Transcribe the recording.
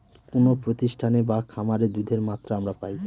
কোনো প্রতিষ্ঠানে বা খামারে দুধের মাত্রা আমরা পাই